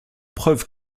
preuve